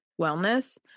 wellness